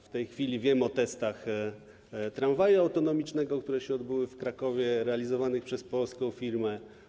W tej chwili wiem o testach tramwaju autonomicznego, które się odbyły w Krakowie, realizowanych przez polską firmę.